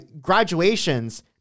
graduations